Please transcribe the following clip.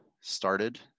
started